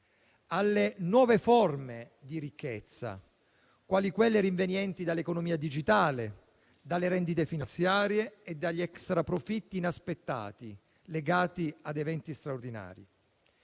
alle nuove forme di ricchezza, quali quelle rinvenienti dall'economia digitale, dalle rendite finanziarie e dagli extraprofitti inaspettati legati ad eventi straordinari.